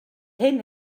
hyn